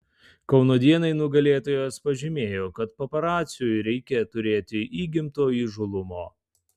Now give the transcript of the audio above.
kauno dienai nugalėtojas pažymėjo kad paparaciui reikia turėti įgimto įžūlumo